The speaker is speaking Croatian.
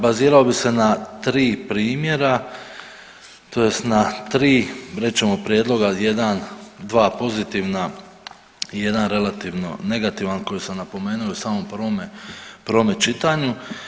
Bazirao bih se na 3 primjera, tj. na 3, reći ćemo, prijedloga, 1, 2 pozitivna i 1 relativno negativan koji sam napomenuo u samom prvome čitanju.